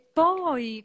poi